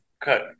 cut